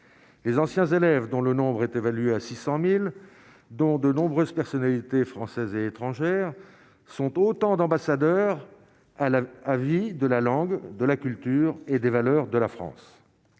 les anciens élèves, dont le nombre est évalué à 600000 dont de nombreuses personnalités françaises et étrangères sont autant d'ambassadeurs à la, à, vis de la langue de la culture et des valeurs de la France